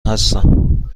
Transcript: هستم